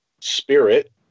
spirit